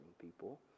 people